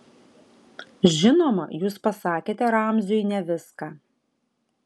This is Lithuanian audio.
žinoma jūs pasakėte ramziui ne viską